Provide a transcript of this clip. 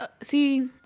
see